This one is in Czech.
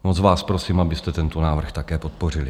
Moc vás prosím, abyste tento návrh také podpořili.